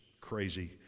crazy